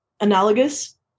Analogous